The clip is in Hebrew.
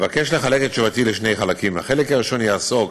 אבקש לחלק את תשובתי לשני חלקים: החלק הראשון יעסוק